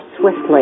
swiftly